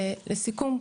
לסיכום,